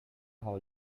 how